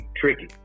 tricky